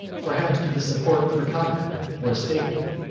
perhaps to the support of a convent or a stable.